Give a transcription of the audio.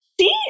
See